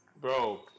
Bro